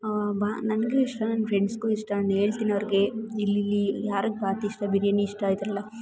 ಬಾ ನನಗೂ ಇಷ್ಟ ನನ್ನ ಫ್ರೆಂಡ್ಸಿಗು ಇಷ್ಟ ನಾನು ಹೇಳ್ತಿನ್ ಅವ್ರಿಗೆ ಇಲ್ಲಿಲ್ಲಿ ಯಾರಿಗೆ ಬಾತ್ ಇಷ್ಟ ಬಿರಿಯಾನಿ ಇಷ್ಟ ಇದೆಲ್ಲ